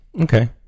okay